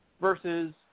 versus